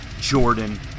Jordan